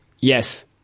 Yes